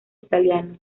italiano